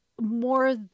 more